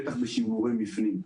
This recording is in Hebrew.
בטח בשימורי מבנים.